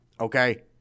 okay